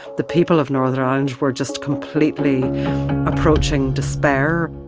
the people of northern ireland were just completely approaching despair